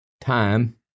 time